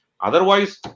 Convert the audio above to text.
Otherwise